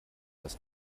das